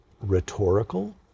rhetorical